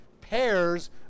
pairs